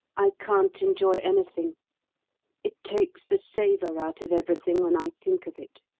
i can't enjoy anything it takes the savour out of everything when i think of it,